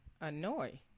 Annoy